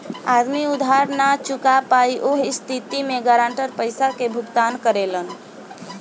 आदमी उधार ना चूका पायी ओह स्थिति में गारंटर पइसा के भुगतान करेलन